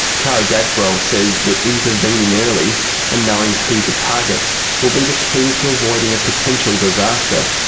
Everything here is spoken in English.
kara dadswell says that intervening early and knowing who to target will be the key to avoiding a potential disaster.